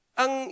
ang